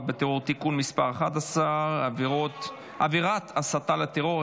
בטרור (תיקון מס' 11) (עבירת הסתה לטרור),